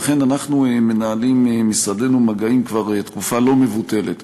ולכן אנחנו מנהלים, משרדנו, כבר תקופה לא מבוטלת,